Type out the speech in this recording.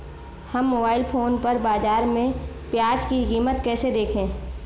हम mobile phone पर बाज़ार में प्याज़ की कीमत कैसे देखें?